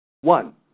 One